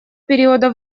периода